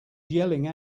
yelling